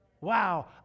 Wow